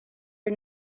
are